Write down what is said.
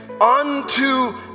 unto